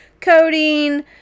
coding